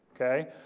Okay